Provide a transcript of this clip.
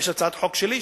יש הצעת חוק שלי,